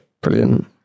brilliant